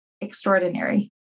extraordinary